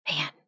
man